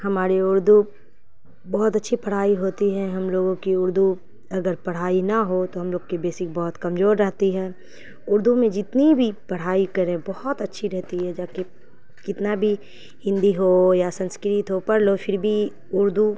ہماری اردو بہت اچھی پڑھائی ہوتی ہے ہم لوگوں کی اردو اگر پڑھائی نہ ہو تو ہم لوگ کی بیشک بہت کمزور رہتی ہے اردو میں جتنی بھی پڑھائی کریں بہت اچھی رہتی ہے جبکہ کتنا بھی ہندی ہو یا سنسکرت ہو پڑھ لو پھر بھی اردو